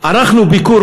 ערכנו ביקור,